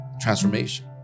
Transformation